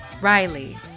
Riley